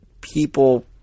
people